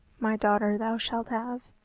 my daughter thou shalt have.